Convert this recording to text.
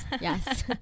Yes